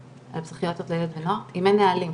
על מחלקות פסיכיאטריות לילד ונוער אם אין נהלים.